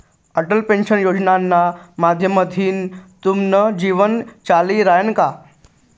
Atal pension योजनाना माध्यमथीन तुमनं जीवन चाली रायनं का?